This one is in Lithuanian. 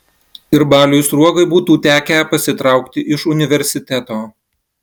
ir baliui sruogai būtų tekę pasitraukti iš universiteto